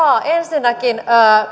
ensinnäkin